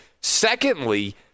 Secondly